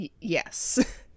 Yes